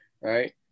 Right